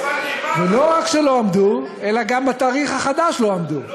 ולא רק שלא עמדו, אלא גם בתאריך החדש לא עמדו.